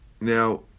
Now